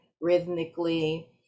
rhythmically